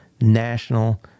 national